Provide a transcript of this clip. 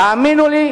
תאמינו לי,